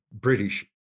British